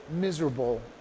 miserable